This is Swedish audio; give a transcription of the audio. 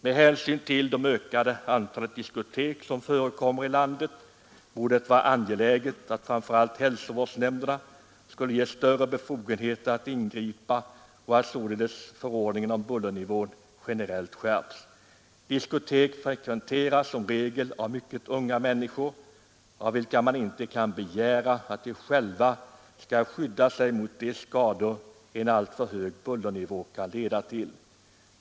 Med hänsyn till det ökande antalet diskotek i landet borde det vara angeläget att framför allt ge hälsovårdsnämnderna större befogenheter att ingripa och att således generellt skärpa förordningarna om bullernivån. Diskotek frekventeras som regel av mycket unga människor, av vilka man inte kan begära att de själva skall skydda sig mot de skador en alltför hög bullernivå kan leda till.